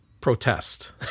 protest